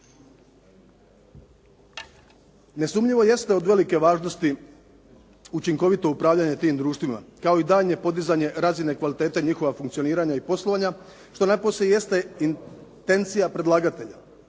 Nesumnjivo jeste od velike važnosti učinkovito upravljanje tim društvima, kao i daljnje podizanje razine kvalitete njihova funkcioniranja i poslovanja što najposlije jeste intencija predlagatelja.